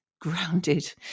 grounded